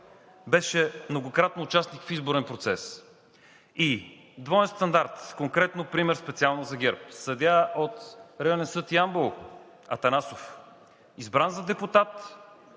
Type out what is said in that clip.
Беше многократно участник в изборен процес. И двоен стандарт – конкретно пример специално за ГЕРБ – съдия от Районен съд Ямбол – Атанасов, избран за депутат,